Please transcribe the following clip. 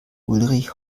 ulrich